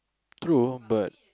true but